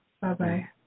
Bye-bye